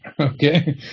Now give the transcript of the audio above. okay